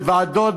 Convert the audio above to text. בוועדות,